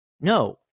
No